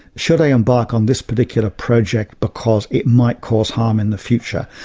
should i embark on this particular project because it might cause harm in the future?